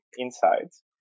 insights